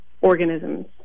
organisms